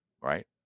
right